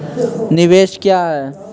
निवेश क्या है?